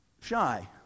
shy